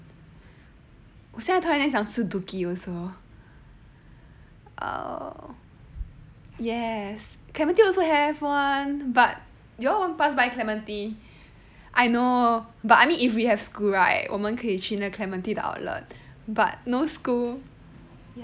我现在突然间想吃 dooki also err yes clementi also have one but you all won't pass by clementi I know but I mean if we have school right 我们可以去那个 clementi 的 outlet but no school